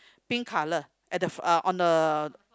pink colour at the on the